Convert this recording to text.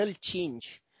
change